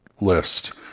list